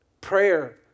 prayer